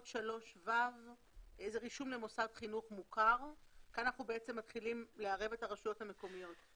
72. כאן אנחנו בעצם מתחילים לערב את הרשויות המקומיות.